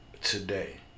today